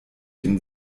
den